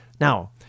Now